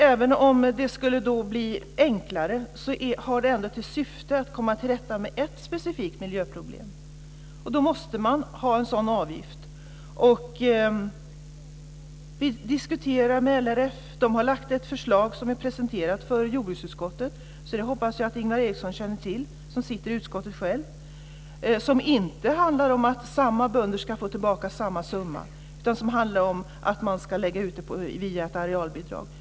Även om det skulle bli enklare har den ändå till syfte att vi ska komma till rätta med ett specifikt miljöproblem. För att vi ska kunna göra det måste vi ha en sådan avgift. Vi diskuterar med LRF, som har lagt fram ett förslag som presenterats för jordbruksutskottet. Det hoppas jag att Ingvar Eriksson känner till, som sitter i utskottet själv. Detta förslag handlar inte om att samma bönder ska få tillbaka samma summa utan om att man ska lägga ut det via ett arealbidrag.